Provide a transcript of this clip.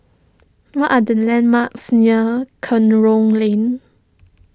what are the landmarks near Kerong Lane